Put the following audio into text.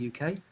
uk